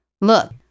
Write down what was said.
Look